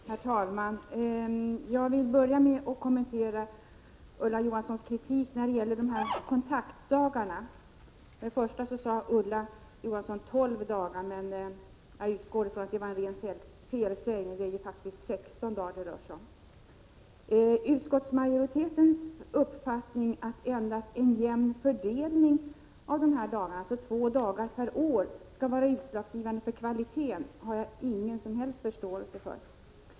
Herr talman! Jag vill börja med att kommentera Ulla Johanssons kritik när det gäller kontaktdagarna. Ulla Johansson sade 12 dagar, men jag utgår från att det var en felsägning. Det är faktiskt 16 dagar det rör sig om. Utskottsmajoritetens uppfattning att endast en jämn fördelning av dessa dagar, dvs. två dagar per år, skall vara utslagsgivande för kvaliteten, har jag ingen som helst förståelse för.